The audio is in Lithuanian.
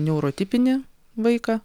neurotipinį vaiką